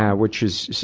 um which is,